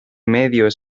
medio